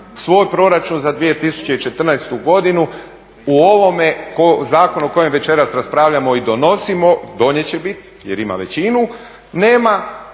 svoj proračun za 2014. u ovome zakonu o kojem večeras raspravljamo i donosimo, donijeti će biti jer ima većinu, nema